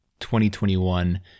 2021